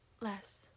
less